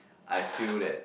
I feel that